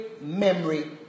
memory